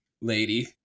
lady